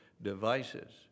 devices